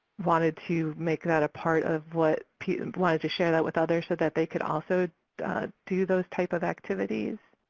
wanted to make that a part of what. and wanted to share that with others so that they could also do those type of activities.